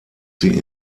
sie